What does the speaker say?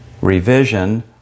Revision